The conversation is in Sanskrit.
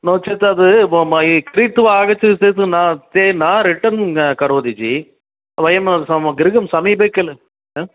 नो चेत् तद् मय् क्रीत्वा आगच्छति न ते न रिटर्न् करोति जि वयं सं गृहं समीपे किल हा